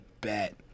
bet